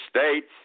states